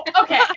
okay